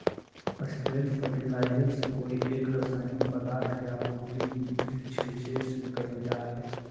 straight fertiliser से कोई एक रसायनिक पदार्थ के आपूर्ति वृक्षविशेष में कैइल जा हई